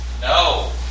No